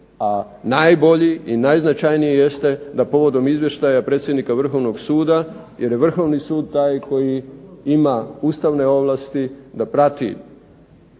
a najbolji i najznačajniji jeste da povodom izvještaja predsjednika Vrhovnog suda, jer je Vrhovni sud taj da ima ustavne ovlasti da prati